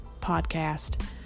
podcast